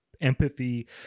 empathy